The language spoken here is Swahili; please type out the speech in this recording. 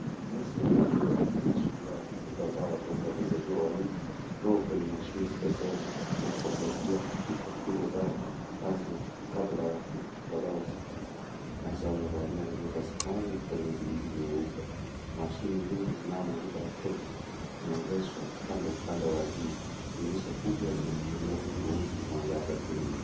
Nasi wawili wanonekana washughuhulikia watoto ambao wadogo wamezaliwa wanne ambao wako kwenye mashini spesheli ya kuwasaidia kufika kilo zao rasmi kabla ya kutolewa hospitali. Nasi wamevalia nguo za samawi ikiwa na mijilisi mweupe, mashini hizi zinazomulika watoto zimeegeshwa kando upande wa juu, dirisha kubwa limefunguliwa kuruhusu mwangaza kuingia.